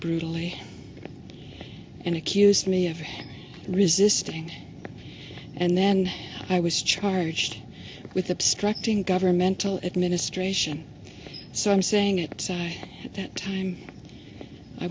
brutally and accused me of resisting and then i was charged with obstructing governmental administration so i'm saying it at that time i